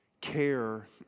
care